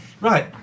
Right